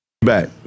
Back